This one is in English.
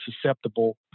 susceptible